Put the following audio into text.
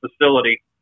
facility